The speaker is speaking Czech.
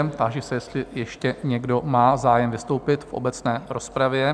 Táži se, jestli ještě někdo má zájem vystoupit v obecné rozpravě?